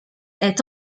est